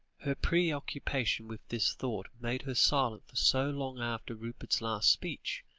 her preoccupation with this thought made her silent for so long after rupert's last speech,